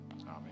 Amen